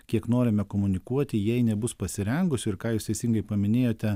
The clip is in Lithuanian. kiek norime komunikuoti jei nebus pasirengusių ir ką jūs teisingai paminėjote